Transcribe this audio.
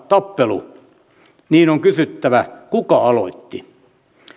tappelu niin on kysyttävä kuka aloitti